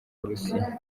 burusiya